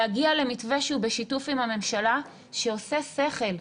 להגיע למתווה שהוא בשיתוף עם הממשלה שעושה שכל,